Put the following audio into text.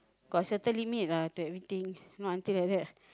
got certain limit lah to everything not until like that